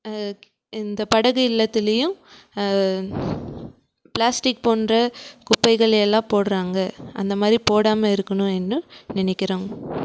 இந்த படகு இல்லத்துலேயும் பிளாஸ்டிக் போன்ற குப்பைகளை எல்லாம் போடுறாங்க அந்த மாதிரி போடாமல் இருக்கணும்ன்னு நினைக்கிறோம்